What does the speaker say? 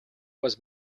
was